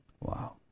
Wow